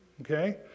Okay